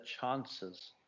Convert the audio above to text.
chances